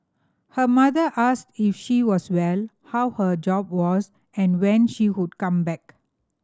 her mother asked if she was well how her job was and when she would come back